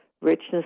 richness